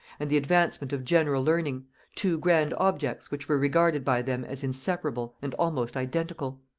and the advancement of general learning two grand objects, which were regarded by them as inseparable and almost identical.